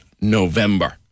November